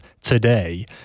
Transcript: today